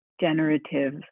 generative